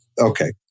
okay